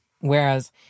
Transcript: whereas